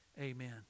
Amen